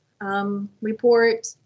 report